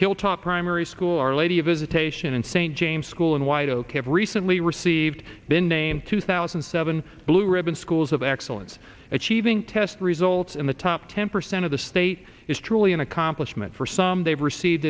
hilltop primary school our lady of visitation in st james school in white ok i've recently received been named two thousand and seven blue ribbon schools of excellence achieving test results in the top ten percent of the state is truly an accomplishment for some they've received